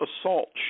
assault